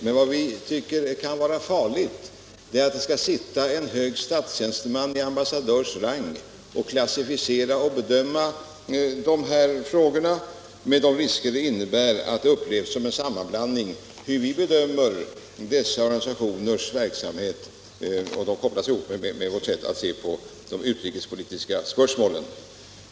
Men vad vi bedömer som farligt är att en hög tjänsteman med ambassadörs rang skall kunna sitta och klassificera och bedöma dessa frågor, med de risker mentets verksam hetsområde 9” det innebär för att man inte kan hålla isär alla dessa organisationer. Hur vi bedömer dessa organisationers verksamhet kopplas så lätt samman med vårt sätt att se på de utrikespolitiska spörsmålen.